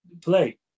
play